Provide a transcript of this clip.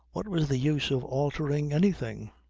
what was the use of altering anything?